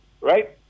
right